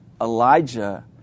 Elijah